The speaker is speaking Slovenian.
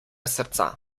srca